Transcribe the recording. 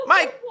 Mike